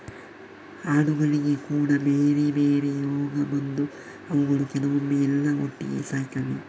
ಆಡುಗಳಿಗೆ ಕೂಡಾ ಬೇರೆ ಬೇರೆ ರೋಗ ಬಂದು ಅವುಗಳು ಕೆಲವೊಮ್ಮೆ ಎಲ್ಲಾ ಒಟ್ಟಿಗೆ ಸಾಯ್ತವೆ